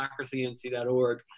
democracync.org